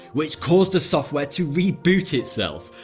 which caused the software to reboot itself.